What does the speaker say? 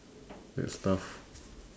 that's tough